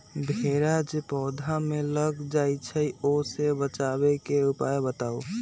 भेरा जे पौधा में लग जाइछई ओ से बचाबे के उपाय बताऊँ?